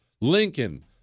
Lincoln